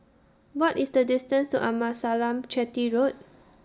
What IS The distance to Amasalam Chetty Road